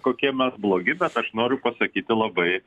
kokie mes blogi bet aš noriu pasakyti labai